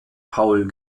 paul